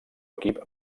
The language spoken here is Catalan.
equip